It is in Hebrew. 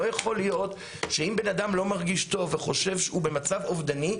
לא יכול להיות שאם בן אדם לא מרגיש טוב וחושב שהוא במצב אובדני,